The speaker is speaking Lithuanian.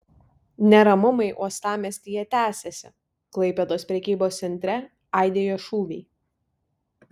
neramumai uostamiestyje tęsiasi klaipėdos prekybos centre aidėjo šūviai